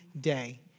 day